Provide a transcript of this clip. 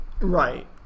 Right